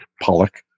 Pollock